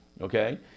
okay